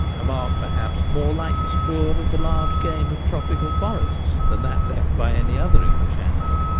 a mark, perhaps, more like the spoor of the large game of tropical forests than that left by any other english animal.